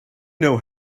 know